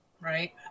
right